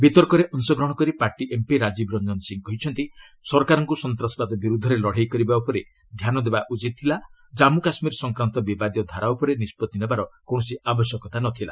ବିତର୍କରେ ଅଂଶଗ୍ରହଣ କରି ପାର୍ଟି ଏମ୍ପି ରାଜୀବ ରଞ୍ଜନ ସିଂହ କହିଛନ୍ତି ସରକାରଙ୍କୁ ସନ୍ତାସବାଦ ବିରୁଦ୍ଧରେ ଲଢ଼େଇ କରିବା ଉପରେ ଧ୍ୟାନ ଦେବା ଉଚିତ୍ ଥିଲା ଜାମ୍ମୁ କାଶ୍ମୀର ସଂକ୍ରାନ୍ତ ବିବାଦୀୟ ଧାରା ଉପରେ ନିଷ୍କଭି ନେବାର କୌଣସି ଆବଶ୍ୟକତା ନଥିଲା